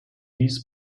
dies